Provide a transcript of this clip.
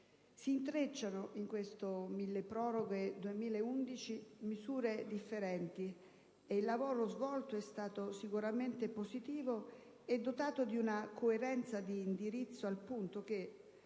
si intrecciano in questo mille proroghe 2011 misure differenti ed il lavoro svolto è stato sicuramente positivo e dotato di una coerenza di indirizzo al punto che